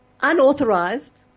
unauthorized